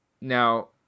now –